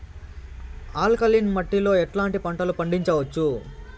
Alkaline మట్టి లో ఎట్లాంటి పంట పండించవచ్చు,?